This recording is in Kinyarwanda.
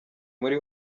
muri